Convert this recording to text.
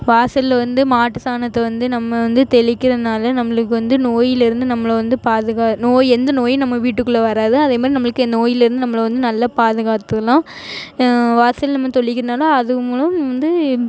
வாசலில் வந்து மாட்டு சாணத்தை வந்து நம்ம வந்து தெளிக்கிறதனால நம்மளுக்கு வந்து நோயிலேருந்து நம்மளை வந்து பாதுகா நோய் எந்த நோயும் நம்ம வீட்டுக்குள்ளே வராது அதேமாதிரி நம்மளுக்கு நோயிலேருந்து நம்மளை வந்து நல்ல பாதுகாத்துக்கலாம் வாசலில் நம்ம தொளிக்கிறதனால அதன் மூலம் வந்து